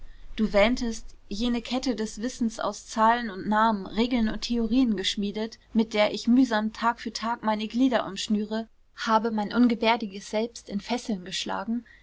du wähntest jene kette des wissens aus zahlen und namen regeln und theorien geschmiedet mit der ich mühsam tag für tag meine glieder umschnüre habe mein ungebärdiges selbst in fesseln geschlagen